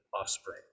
offspring